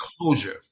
closure